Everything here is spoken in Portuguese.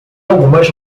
algumas